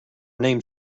named